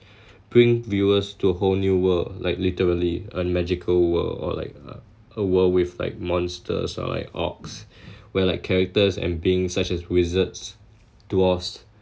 bring viewers to a whole new world like literally a magical world or like a a world with like monsters or like ox where like characters and beings such as wizards dwarfs